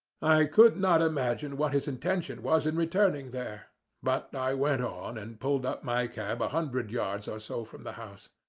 i could not imagine what his intention was in returning there but i went on and pulled up my cab a hundred yards or so from the house.